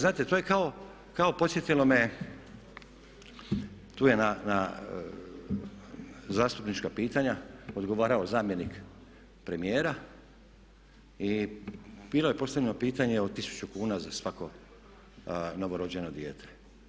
Znate to je kao, podsjetilo me tu je na zastupnička pitanja odgovarao zamjenik premijera i bilo je postavljeno pitanje o 1000 kuna za svako novorođeno dijete.